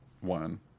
one